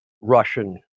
Russian